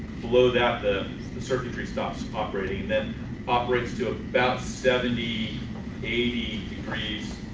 below that the the circuitry stops operating, then operates to about seventy eighty degrees